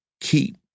Keep